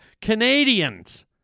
Canadians